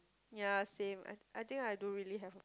ya same I I think I don't really have a